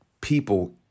people